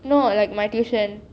no like my tuition